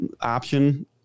option